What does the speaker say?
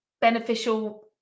beneficial